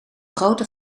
grote